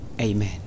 Amen